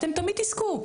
אתם תמיד תזכו.